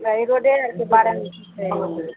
नहि रोडे आरके बारेमे छै